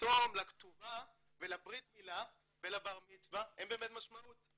ופתאום לכתובה ולברית מילה ולבר מצוה אין באמת משמעות.